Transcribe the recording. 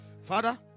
Father